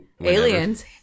Aliens